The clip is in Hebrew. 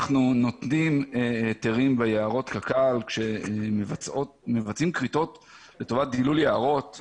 אנחנו נותנים היתרים ביערות קק"ל כשמבצעים כריתות לטובת דילול יערות,